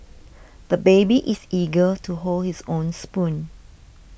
the baby is eager to hold his own spoon